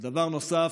ודבר נוסף,